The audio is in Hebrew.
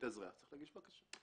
בפניו את הניירת שלו.